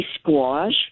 squash